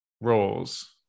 roles